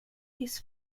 his